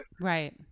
Right